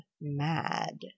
mad